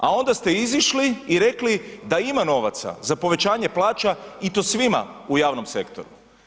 A onda ste izišli i rekli da ima novaca za povećanje plaća i to svima u javnom sektoru.